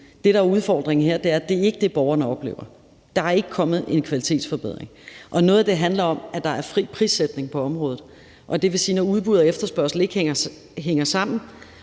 Det, der er udfordringen her, er, at det ikke er det, borgerne oplever. Der er ikke kommet en kvalitetsforbedring, og noget af det handler om, at der er fri prissætning på området. Det vil sige, at når udbud og efterspørgsel ikke hænger sammen